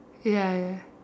ya ya